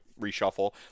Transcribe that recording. reshuffle